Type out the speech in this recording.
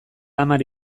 hamar